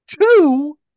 Two